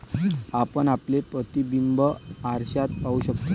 आपण आपले प्रतिबिंब आरशात पाहू शकतो